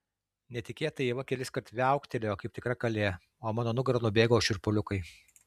netikėtai ieva keliskart viauktelėjo kaip tikra kalė o mano nugara nubėgo šiurpuliukai